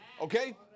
Okay